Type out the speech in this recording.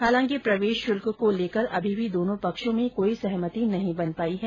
हालांकि प्रवेश शुल्क को लेकर अभी भी दोनो पक्षों में कोई सहमति नहीं बन पाई है